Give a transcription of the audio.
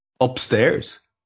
upstairs